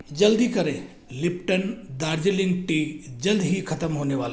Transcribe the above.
जल्दी करें Lipton Darjeeling tea जल्द ही ख़त्म होने वाला है